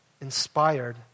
inspired